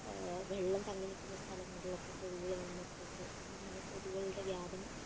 വെള്ളം തങ്ങിനിൽക്കുന്ന സ്ഥലങ്ങളിലൊക്കെ കൊതുകുകൾ വന്ന് മുട്ടയിട്ട് അങ്ങനെയാണ് കൊതുകളുടെ വ്യാപനം